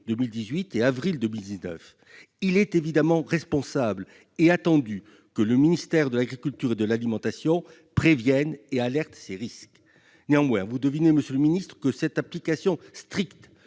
2018 et en avril 2019. Il est évidemment responsable et attendu que le ministère de l'agriculture et de l'alimentation prévienne ces risques et alerte à leur sujet. Néanmoins, vous devinez, monsieur le ministre, que cette application stricte